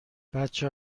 بچه